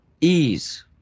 ease